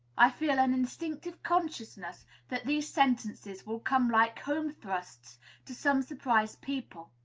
i feel an instinctive consciousness that these sentences will come like home-thrusts to some surprised people.